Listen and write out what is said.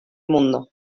mundo